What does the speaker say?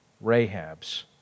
Rahab's